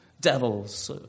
devils